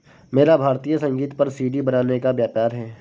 मेरा भारतीय संगीत पर सी.डी बनाने का व्यापार है